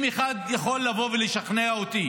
אם אחד יכול לשכנע אותי